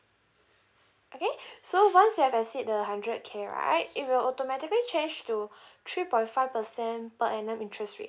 okay so once you have exceed the hundred K right it will automatically change to three point five percent per annum interest rate